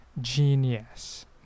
genius